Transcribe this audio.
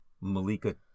malika